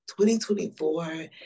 2024